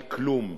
על כלום.